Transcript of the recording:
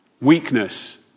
weakness